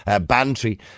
Bantry